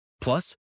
Plus